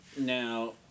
Now